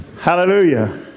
Hallelujah